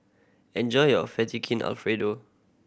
enjoy your Alfredo